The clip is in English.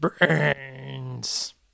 Brains